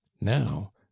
now